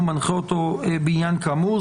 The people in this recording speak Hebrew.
ומנחה אותו בעניין כאמור.